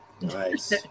Nice